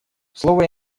слово